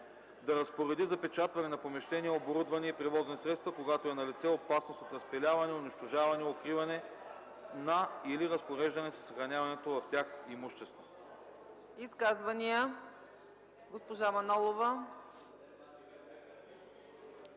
да разпореди запечатване на помещения, оборудване и превозни средства, когато е налице опасност от разпиляване, унищожаване, укриване на или разпореждане със съхраняваното в тях имущество.”